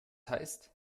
heißt